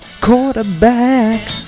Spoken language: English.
quarterback